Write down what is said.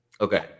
Okay